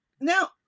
Now